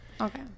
Okay